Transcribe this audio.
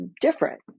different